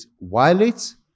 violates